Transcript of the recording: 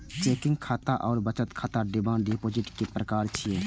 checking खाता आ बचत खाता डिमांड डिपोजिट के प्रकार छियै